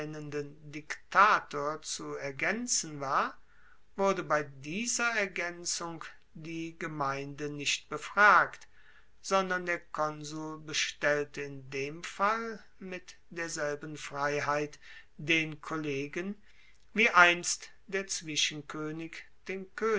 diktator zu ergaenzen war wurde bei dieser ergaenzung die gemeinde nicht befragt sondern der konsul bestellte in dem fall mit derselben freiheit den kollegen wie einst der